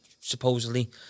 supposedly